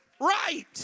Right